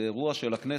זה אירוע של הכנסת.